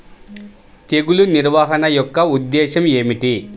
తెగులు నిర్వహణ యొక్క ఉద్దేశం ఏమిటి?